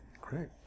Great